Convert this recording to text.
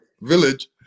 village